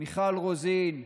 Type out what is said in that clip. מיכל רוזין,